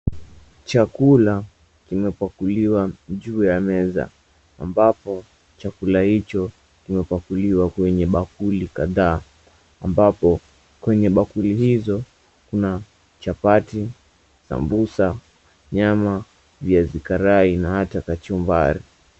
Chakula kimepakuliwa juu ya meza, ambapo chakula hicho kimepakuliwa kwenye bakuli kadhaa. Ambapo kwenye bakuli hizo kuna chapati, sambusa, nyama, viazi karai na hata kachumbari.